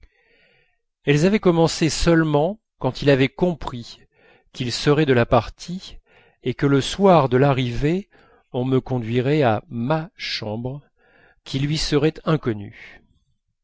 elles avaient commencé seulement quand il avait compris qu'il serait de la partie et que le soir de l'arrivée on me conduirait à ma chambre qui lui serait inconnue